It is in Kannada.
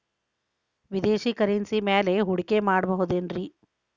ವಿದೇಶಿ ಕರೆನ್ಸಿ ಮ್ಯಾಲೆ ಹೂಡಿಕೆ ಮಾಡಬಹುದೇನ್ರಿ?